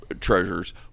treasures